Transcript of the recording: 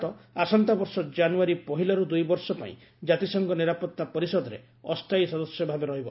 ଭାରତ ଆସନ୍ତାବର୍ଷ କାନୁଆରୀ ପହିଲାରୁ ଦୁଇବର୍ଷ ପାଇଁ ଜାତିସଂଘ ନିରାପତ୍ତା ପରିଷଦରେ ଅସ୍ଥାୟୀ ସଦସ୍ୟ ଭାବେ ରହିବ